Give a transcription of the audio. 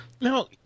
Now